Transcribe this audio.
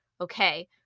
okay